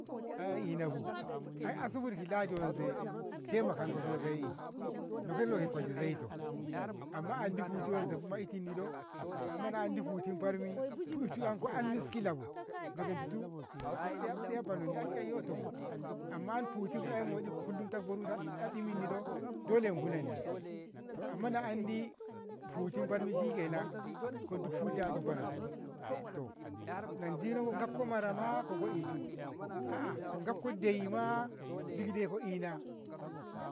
ai a inabu ai Asubur ki Lahdi wanse taimakonko sosai lokalo ko kwalshe zaito amma andi hutti wansebu ma itinniɗo to amma na andi hutti barmi ku itu 'yanku an miskilabu, lokenditu a- a- adiya bono anyoto bu amma futti ai moɗibu kullum tabo ruta a- aɗiminnido? dole a gunanni to amma naa andi hutti bami shikenan ko duk hutti enko banatko, to nadino kakafko marama kogo itu, aa ko kfko de'i maa dik dai ko ina.